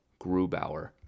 Grubauer